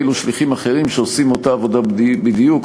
ושליחים אחרים שעושים את אותה עבודה בדיוק,